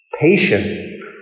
patient